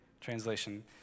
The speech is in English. translation